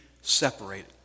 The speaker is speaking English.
separated